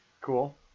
Cool